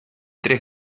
tres